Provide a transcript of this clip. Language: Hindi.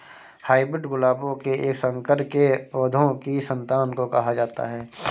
हाइब्रिड गुलाबों के एक संकर के पौधों की संतान को कहा जाता है